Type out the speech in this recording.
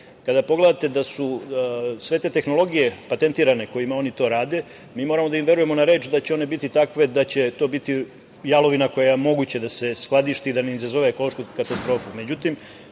kada pogledate da su sve te tehnologije patentirane, kojima oni to rade, mi moramo da im verujemo na reč da će one biti takve da će to biti jalovina koja moguće da se skladišti da ne izazove ekološku katastrofu.Međutim,